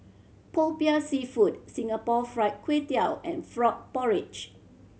Popiah Seafood Singapore Fried Kway Tiao and frog porridge